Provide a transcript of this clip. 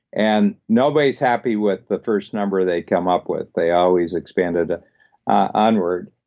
and nobody's happy with the first number they come up with. they always expand it onward.